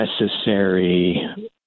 necessary